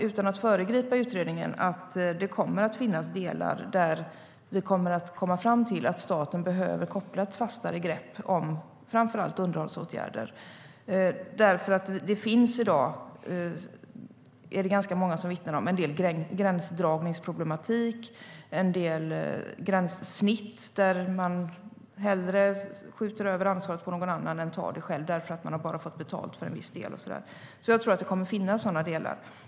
Utan att föregripa utredningen skulle jag gissa att det kommer att finnas delar vi kommer att komma fram till att staten behöver koppla ett fastare grepp om, framför allt underhållsåtgärder.I dag vittnar ganska många om att det finns en del gränsdragningsproblematik och gränssnitt där man hellre skjuter över ansvaret på någon annan än tar det själv eftersom man bara har fått betalt för en viss del. Jag tror att det kommer att finnas sådana delar.